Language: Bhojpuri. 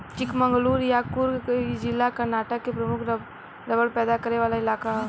चिकमंगलूर आ कुर्ग इ जिला कर्नाटक के प्रमुख रबड़ पैदा करे वाला इलाका ह